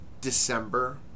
December